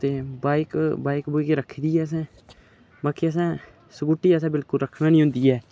ते bike bike बुइक रक्खी दी ऐ असें बाकी असें स्कूटी असें बिल्कुल रक्खना नी होंदी ऐ